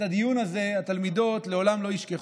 את הדיון הזה התלמידות לעולם לא ישכחו,